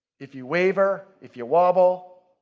if you waiver, if you wobble,